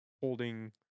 holding